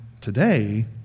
today